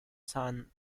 san